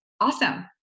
Awesome